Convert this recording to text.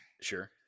Sure